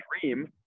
dream